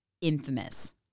infamous